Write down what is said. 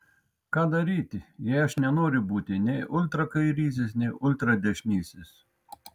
ką daryti jei aš nenoriu būti nei ultrakairysis nei ultradešinysis